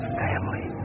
family